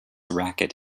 racket